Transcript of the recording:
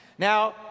now